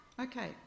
Okay